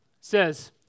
says